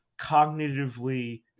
cognitively